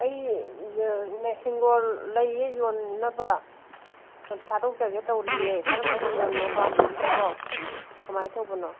ꯑꯩ ꯍꯤꯡꯒꯣꯜ ꯂꯩꯌꯦ ꯌꯣꯟꯅꯕ ꯊꯥꯗꯣꯛꯆꯒꯦ ꯇꯧꯔꯤꯌꯦ ꯀꯔꯝꯕ ꯍꯤꯡꯒꯣꯜꯅꯣ ꯄꯥꯝꯕꯤꯔꯤꯁꯤꯕꯣ ꯀꯃꯥꯏꯅ ꯇꯧꯕꯅꯣ